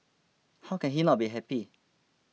how can he not be happy